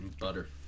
butter